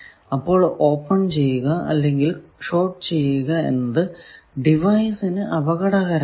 അപ്പോൾ ഓപ്പൺ ചെയ്യുക അല്ലെങ്കിൽ ഷോർട് ചെയ്യുക എന്നത് ഡിവൈസിനു അപകടകരമാണ്